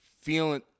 feeling